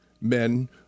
men